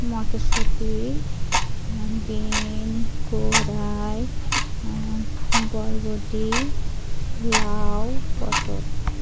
মটরশুঁটি বিন গরাই বরবটি লাউ পটল